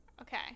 okay